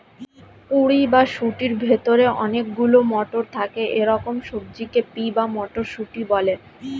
কুঁড়ি বা শুঁটির ভেতরে অনেক গুলো মটর থাকে এরকম সবজিকে পি বা মটরশুঁটি বলে